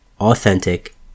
authentic